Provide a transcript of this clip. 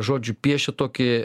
žodžiu piešia tokį